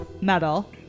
metal